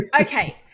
okay